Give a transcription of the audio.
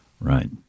Right